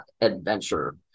Adventure